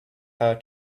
her